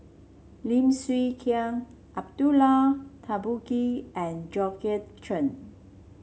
Lim Chwee Chian Abdullah Tarmugi and Georgette Chen